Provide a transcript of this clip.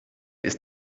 ist